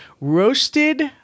Roasted